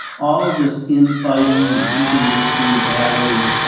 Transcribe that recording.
all of this infighting and internecine battling,